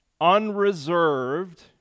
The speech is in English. unreserved